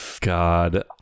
God